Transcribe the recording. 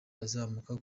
azamuka